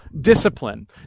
discipline